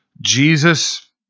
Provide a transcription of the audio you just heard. Jesus